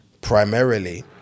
primarily